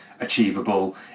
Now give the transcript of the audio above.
achievable